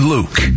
Luke